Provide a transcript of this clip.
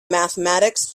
mathematics